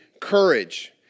courage